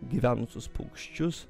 gyvenusius paukščius